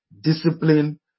discipline